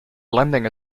blending